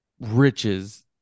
riches